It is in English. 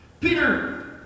Peter